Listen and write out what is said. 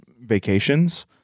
vacations